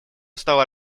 устава